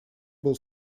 был